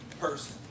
person